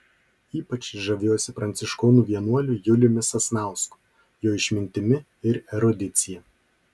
ypač žaviuosi pranciškonų vienuoliu juliumi sasnausku jo išmintimi ir erudicija